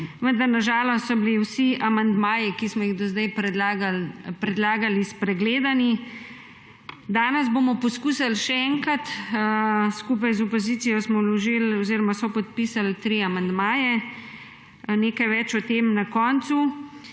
bili na žalost vsi amandmaji, ki smo jih do zdaj predlagali, spregledani. Danes bomo poskusili še enkrat. Skupaj z opoziciji smo vložili oziroma sopodpisali tri amandmaje, nekaj več o tem na koncu.